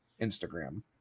instagram